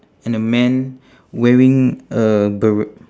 and a man wearing a ber~